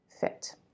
fit